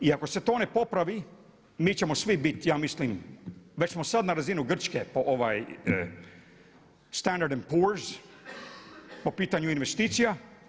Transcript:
I ako se to ne popravi mi ćemo svi biti ja mislim, već smo sada na razini Grčke po standard … po pitanju investicija.